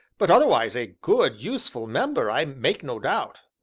but otherwise a good, useful member, i make no doubt.